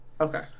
Okay